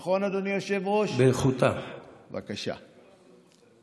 לא היה אכפת לי